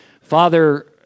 Father